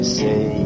say